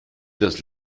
das